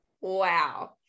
wow